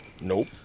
Nope